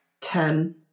Ten